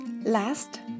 Last